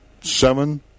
seven